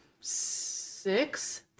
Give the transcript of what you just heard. Six